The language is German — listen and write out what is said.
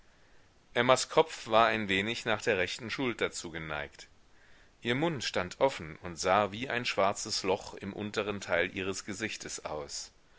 emmas kopf war ein wenig nach der rechten schulter zu geneigt ihr mund stand offen und sah wie ein schwarzes loch im unteren teil ihres gesichtes aus